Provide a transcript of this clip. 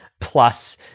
plus